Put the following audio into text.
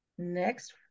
next